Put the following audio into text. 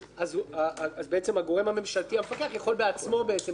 הגורם הממשלתי המפקח יכול בעצמו לשלוח